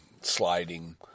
sliding